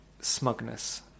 smugness